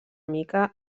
mica